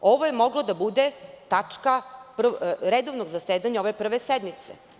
Ovo je mogla da bude tačka Redovnog zasedanja prve sednice.